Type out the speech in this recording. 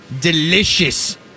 delicious